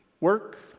work